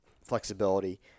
flexibility